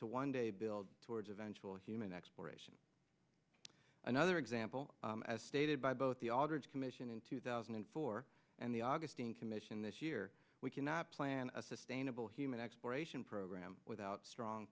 to one day build towards eventual human exploration another example as stated by both the aldridge commission in two thousand and four and the augustine commission this year we cannot plan a sustainable human exploration program without strong